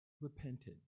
repented